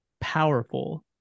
powerful